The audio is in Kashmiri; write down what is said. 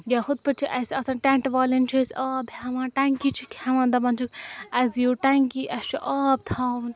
یا ہُتھ پٲٹھۍ چھِ اَسہِ آسان ٹٮ۪نٛٹ والٮ۪ن چھِ أسۍ آب ہٮ۪وان ٹنٛکی چھِکھ ہٮ۪وان دَپان چھِکھ اَسہِ دِیِو ٹٮ۪نٛکی اَسہِ چھُ آب تھاوُن